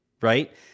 right